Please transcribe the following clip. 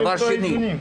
דבר שני,